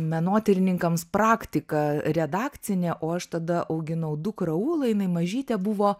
menotyrininkams praktika redakcinė o aš tada auginau dukrą ūlą jinai mažytė buvo